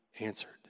answered